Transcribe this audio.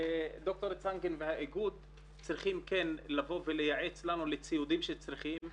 שדוקטור צנגן והאיגוד כן צריכים לבוא ולייעץ לנו לגבי ציוד שצריך,